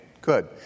good